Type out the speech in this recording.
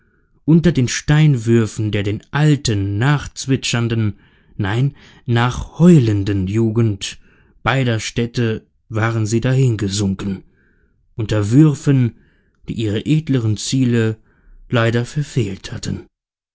unter den steinwürfen der den alten nachzwitschernden nein nachheulenden jugend beider städte waren sie dahingesunken unter würfen die ihre edleren ziele leider verfehlt hatten